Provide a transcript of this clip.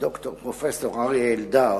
ד"ר פרופסור אריה אלדד,